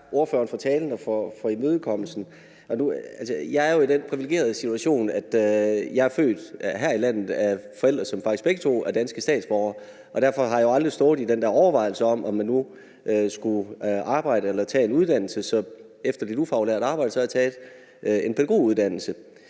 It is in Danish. takke ordføreren for talen og imødekommelsen. Jeg er jo i den privilegerede situation, at jeg er født her i landet af forældre, som faktisk begge to er danske statsborgere. Derfor har jeg jo aldrig stået og haft den der overvejelse om, om man nu skulle arbejde eller tage en uddannelse. Så efter lidt ufaglært arbejde tog jeg en pædagoguddannelse.